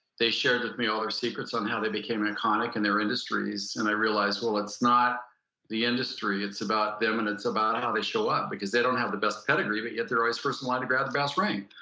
they shared with me all their secrets on how they became iconic in and their industries and i realized it's not the industry it's about them and it's about how they show up. because they don't have the best pedigree but yet they're always first in line to grab the brass ring.